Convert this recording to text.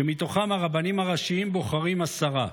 שמתוכם הרבנים הראשיים בוחרים עשרה.